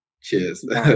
Cheers